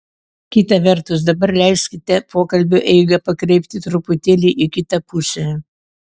kita vertus dabar leiskite pokalbio eigą pakreipti truputėlį į kitą pusę